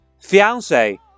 fiance